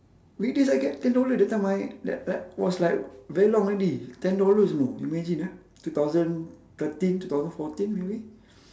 weekdays I get ten dollar that time I like like was like very long already ten dollars you know imagine ah two thousands thirteen two thousands fourteen maybe